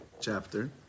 chapter